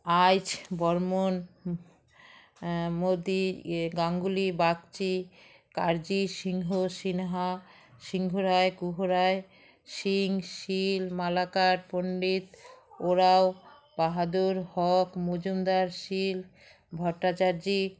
Aich Barman Modi Ganguly Bagchi Kazi Singha Sinha Singharoy Guharoy Singh Sil Malakar Pandit Oraon Bahadur Haque Majumdar Sil Bhattacharya